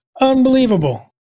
Unbelievable